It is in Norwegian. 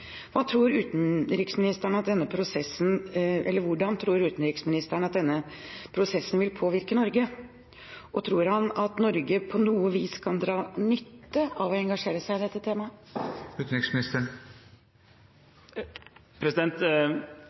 Hvordan tror utenriksministeren at denne prosessen vil påvirke Norge? Tror han at Norge på noe vis kan dra nytte av å engasjere seg i dette temaet?